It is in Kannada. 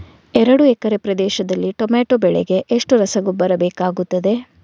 ಎರಡು ಎಕರೆ ಪ್ರದೇಶದಲ್ಲಿ ಟೊಮ್ಯಾಟೊ ಬೆಳೆಗೆ ಎಷ್ಟು ರಸಗೊಬ್ಬರ ಬೇಕಾಗುತ್ತದೆ?